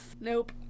Nope